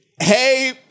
Hey